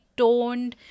toned